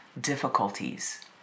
difficulties